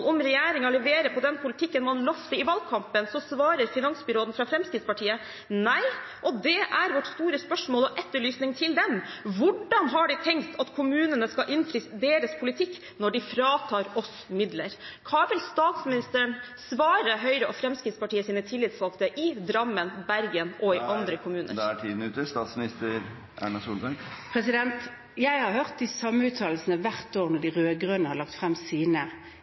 om regjeringen leverer på den politikken man lovte i valgkampen – svarer finansbyråden fra Fremskrittspartiet: «Nei, og dette er vårt store spørsmål og etterlysning til dem: Hvordan har de tenkt at kommunene skal innfri deres politikk når de fratar oss midler?» Hva vil statsministeren svare Høyres og Fremskrittspartiets tillitsvalgte i Drammen, Bergen og andre kommuner? Jeg har hørt de samme uttalelsene hvert år når de rød-grønne har lagt frem sine